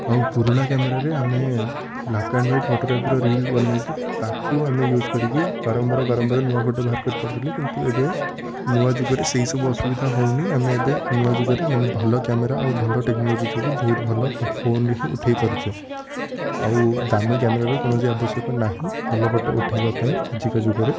ଆଉ ପୁରୁଣା କ୍ୟାମେରାରେ ଆମେ ବ୍ଲାକ୍ ଆଣ୍ଡ ଟାଇପର ରିଲ୍ ବନେଇକି ତାକୁ ଆମେ ୟୁଜ୍ କରିକି ବାରମ୍ବାର ବାରମ୍ବାର ନୂଆ ଫୋଟ ବାହାର କରିପାରୁଥିଲେ କିନ୍ତୁ ଏବେ ନୂଆ ଯୁଗରେ ସେହି ସବୁ ଅସୁବିଧା ହେଉନି ଆମେ ଏବେ ନୂଆ ଯୁଗରେ ମାନେ ଭଲ କ୍ୟାମେରା ଆଉ ଭଲ ଟେକ୍ନୋଲୋଜି ଯୋଗୁଁ ବହୁତ ଭଲ ଫୋଟ ଫୋନ୍ରେ ହିଁ ଉଠେଇ ପାରୁଛେ ଆଉ ଦାମି କ୍ୟାମେରାର କୌଣସି ଆବଶ୍ୟକ ନାହିଁ ଭଲ ଫୋଟ ଉଠେଇଵା ପାଇଁ ଆଜିକା ଯୁଗରେ